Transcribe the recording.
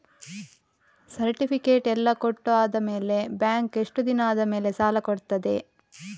Certificate ಎಲ್ಲಾ ಕೊಟ್ಟು ಆದಮೇಲೆ ಬ್ಯಾಂಕ್ ಎಷ್ಟು ದಿನ ಆದಮೇಲೆ ಸಾಲ ಕೊಡ್ತದೆ?